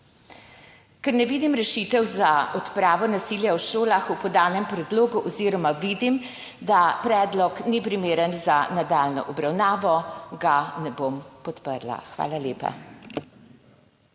Ker ne vidim rešitev za odpravo nasilja v šolah v podanem predlogu oziroma vidim, da predlog ni primeren za nadaljnjo obravnavo, ga ne bom podprla. Hvala lepa.